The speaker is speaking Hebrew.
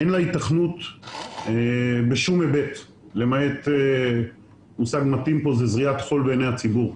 אין לה היתכנות בשום היבט למעט זריית חול בעיני הציבור.